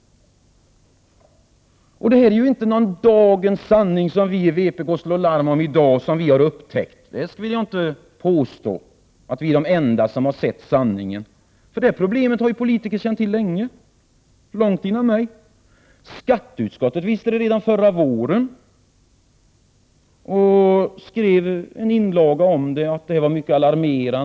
Detta är inte någon dagens sanning som vi i vpk slår larm om i dag. Jag vill inte påstå att vi är de enda som har sett sanningen. Detta problem har politiker känt till länge — långt innan jag kände till det. Skatteutskottet visste det redan förra våren och skrev en inlaga om att läget var mycket alarmerande.